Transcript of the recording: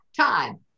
time